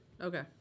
okay